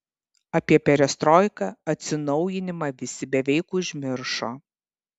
apie perestroiką atsinaujinimą visi beveik užmiršo